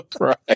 right